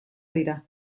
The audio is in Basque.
dira